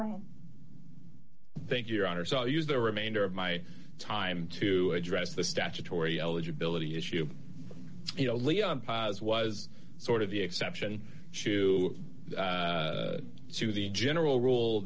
thank you your honor so use the remainder of my time to address the statutory eligibility issue you know leon pas was sort of the exception to the to the general rule